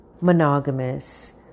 monogamous